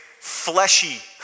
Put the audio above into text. fleshy